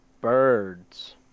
birds